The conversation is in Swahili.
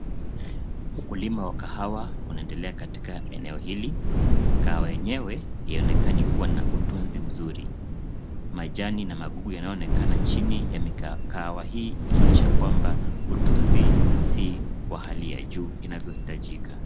Ukuliwa wa kahawa unaendelea katika eneo hili kahawa yenyewe haionekani kua na utunzi mzuri majani na magugu yanyoonekana chini ya kahawa hii inaonyesha kwamba utunzi si wa hali ya juu inavyohitajika.